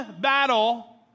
battle